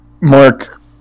mark